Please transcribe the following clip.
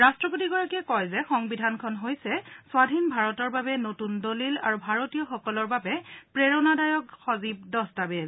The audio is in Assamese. ৰাট্ৰপতিগৰাকীয়ে কয় যে সংবিধানখন হৈছে স্বাধীন ভাৰতৰ বাবে নতুন দলিল আৰু ভাৰতীয়সকলৰ বাবে প্ৰেৰণা দায়ক সজীৱ দস্তাবেজ